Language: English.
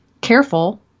Careful